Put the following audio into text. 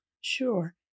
Sure